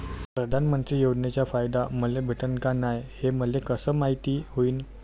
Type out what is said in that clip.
प्रधानमंत्री योजनेचा फायदा मले भेटनं का नाय, हे मले कस मायती होईन?